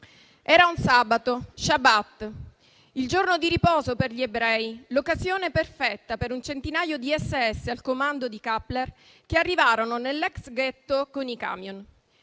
Era un sabato, *shabbat*, il giorno di riposo per gli ebrei, l'occasione perfetta per un centinaio di SS al comando di Kappler che arrivarono nell'ex ghetto con i camion,